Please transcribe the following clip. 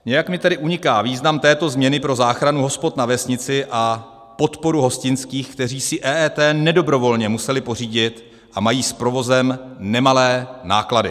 Nějak mi tedy uniká význam této změny pro záchranu hospod na vesnici a podporu hostinských, kteří si EET nedobrovolně museli pořídit a mají s provozem nemalé náklady.